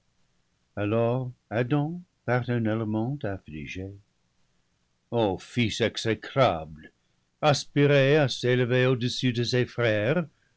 alors adam paternellement affligé o fils exécrable aspirer à s'élever au-dessus de ses frères